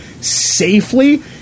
safely